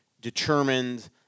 determined